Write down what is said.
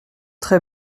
très